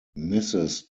mrs